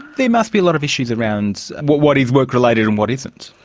there must be a lot of issues around what what is work-related and what isn't.